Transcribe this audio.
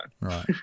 Right